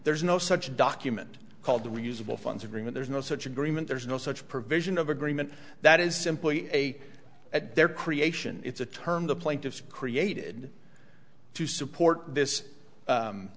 there's no such document called the reusable funds agreement there's no such agreement there's no such provision of agreement that is simply a at their creation it's a term the plaintiffs created to support this